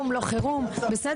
חירום רפואי.